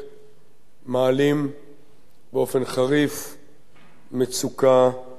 מעלים באופן חריף מצוקה אמיתית.